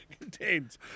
Contains